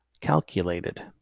calculated